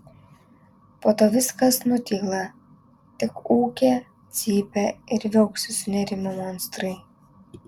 po to viskas nutyla tik ūkia cypia ir viauksi sunerimę monstrai